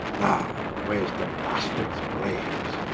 now where's the bastards braues,